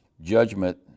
judgment